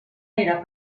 era